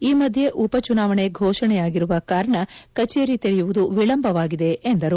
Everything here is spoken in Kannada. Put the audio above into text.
ಈ ಮಧ್ಯೆ ಉಪಚುನಾವಣೆ ಘೋಷಣೆಯಾಗಿರುವ ಕಾರಣ ಕಚೇರಿ ತೆರೆಯುವುದು ವಿಳಂಬವಾಗಿದೆ ಎಂದರು